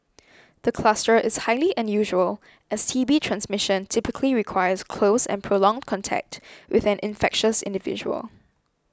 the cluster is highly unusual as T B transmission typically requires close and prolonged contact with an infectious individual